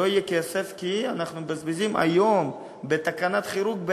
לא יהיה כסף, כי אנחנו מבזבזים היום, בתקנת חירום,